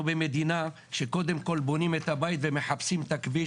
אנחנו במדינה שקודם כל בונים את הבית ומחפשים את הכביש